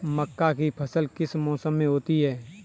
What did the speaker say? मक्का की फसल किस मौसम में होती है?